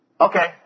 Okay